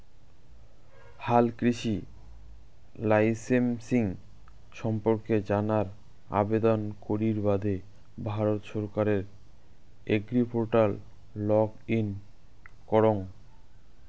হালকৃষি লাইসেমসিং সম্পর্কে জানার আবেদন করির বাদে ভারত সরকারের এগ্রিপোর্টাল লগ ইন করঙ